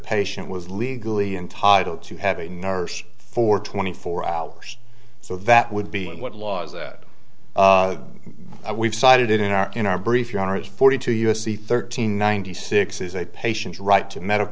patient was legally entitled to have a nurse for twenty four hours so that would be in what laws that we've cited in our in our brief your honor is forty two u s c thirteen ninety six is a patient's right to medical